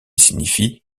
signifie